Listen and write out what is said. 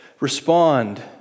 Respond